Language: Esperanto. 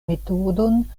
metodon